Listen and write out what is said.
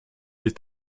est